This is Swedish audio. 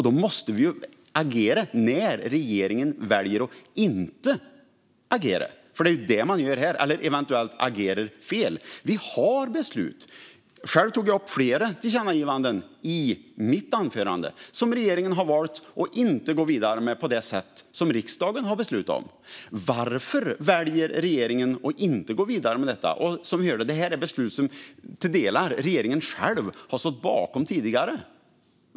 Då måste vi agera när regeringen väljer att inte agera, som ju är det man gör här, eller eventuellt agerar fel. Vi har beslut. Själv tog jag upp flera tillkännagivanden i mitt anförande som regeringen valt att inte gå vidare med på det sätt som riksdagen har beslutat om. Varför väljer regeringen att inte gå vidare med detta? Som vi hörde är det beslut som regeringen till en del har stått bakom tidigare.